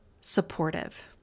supportive